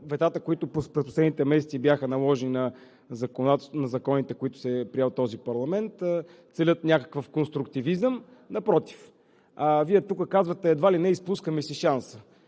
ветата, които през последните месеци бяха наложени на законите, които е приел този парламент, целят някакъв конструктивизъм. Напротив, Вие тук казвате едва ли не: изпускаме си шанса.